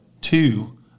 two